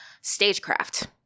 stagecraft